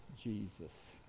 Jesus